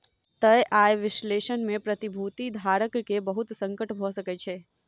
तय आय विश्लेषण में प्रतिभूति धारक के बहुत संकट भ सकै छै